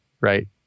right